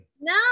no